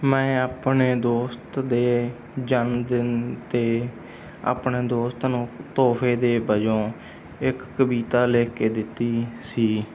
ਮੈਂ ਆਪਣੇ ਦੋਸਤ ਦੇ ਜਨਮ ਦਿਨ 'ਤੇ ਆਪਣੇ ਦੋਸਤ ਨੂੰ ਤੋਹਫੇ ਦੇ ਵੱਜੋਂ ਇੱਕ ਕਵਿਤਾ ਲਿਖ ਕੇ ਦਿੱਤੀ ਸੀ